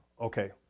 Okay